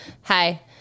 Hi